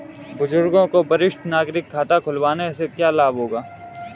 बुजुर्गों को वरिष्ठ नागरिक खाता खुलवाने से क्या लाभ होगा?